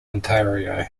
ontario